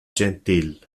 gentil